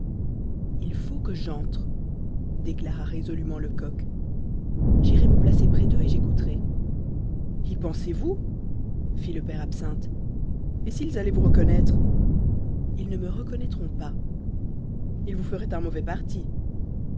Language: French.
il faut que j'entre déclara résolument lecoq j'irai me placer près d'eux et j'écouterai y pensez-vous fit le père absinthe et s'ils allaient vous reconnaître ils ne me reconnaîtront pas ils vous feraient un mauvais parti